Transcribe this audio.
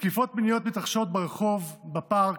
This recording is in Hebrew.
תקיפות מיניות מתרחשות ברחוב, בפארק,